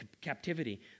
captivity